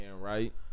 Right